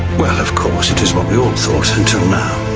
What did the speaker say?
well of course, it is what we all thought. until now